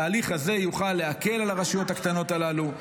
התהליך הזה יוכל להקל על הרשויות הקטנות הללו,